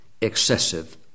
excessive